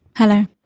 hello